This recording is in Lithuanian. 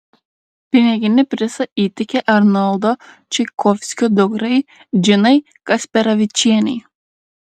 piniginį prizą įteikė arnoldo čaikovskio dukrai džinai kasperavičienei